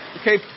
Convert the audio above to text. Okay